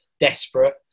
desperate